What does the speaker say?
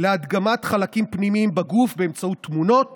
להדגמת חלקים פנימיים בגוף באמצעות תמונות